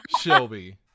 Shelby